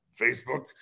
Facebook